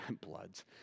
bloods